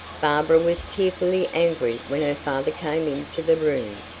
barbara was tearfully angry when her father came into the room,